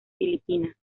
filipina